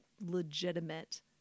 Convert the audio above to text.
legitimate